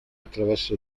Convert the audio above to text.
attraverso